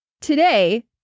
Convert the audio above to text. Today